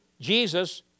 Jesus